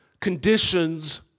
Conditions